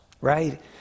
right